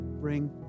bring